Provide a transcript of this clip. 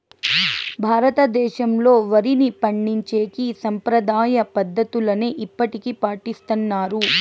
భారతదేశంలో, వరిని పండించేకి సాంప్రదాయ పద్ధతులనే ఇప్పటికీ పాటిస్తన్నారు